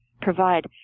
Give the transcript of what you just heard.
provide